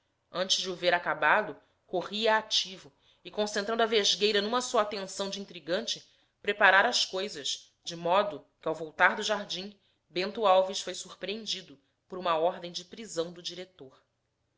antes de o ver acabado correra ativo e concentrando a vesgueira numa só atenção de intrigante preparara as coisas de modo que ao voltar do jardim bento alves foi surpreendido por uma ordem de prisão do diretor